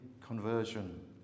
conversion